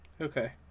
Okay